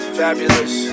fabulous